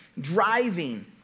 driving